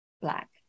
black